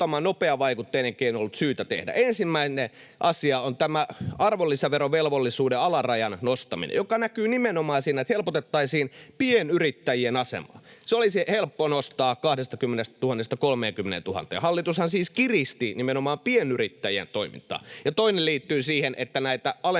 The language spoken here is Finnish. nopeavaikutteinen keino ollut syytä tehdä. Ensimmäinen asia on tämä arvonlisäverovelvollisuuden alarajan nostaminen, joka näkyisi nimenomaan siinä, että helpotettaisiin pienyrittäjien asemaa. Se olisi helppo nostaa 20 000:sta 30 000:een. Hallitushan siis kiristi nimenomaan pienyrittäjien toimintaa. Ja toinen liittyy siihen, että näitä